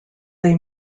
they